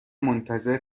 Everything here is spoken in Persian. منتظر